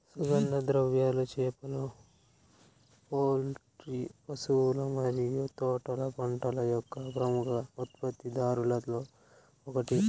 సుగంధ ద్రవ్యాలు, చేపలు, పౌల్ట్రీ, పశువుల మరియు తోటల పంటల యొక్క ప్రముఖ ఉత్పత్తిదారులలో ఒకటి